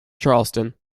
charleston